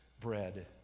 bread